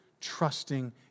trusting